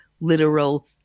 literal